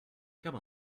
come